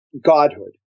godhood